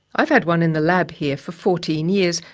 i've had one in the lab here for fourteen years,